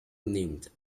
named